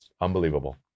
Unbelievable